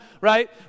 right